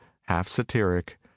half-satiric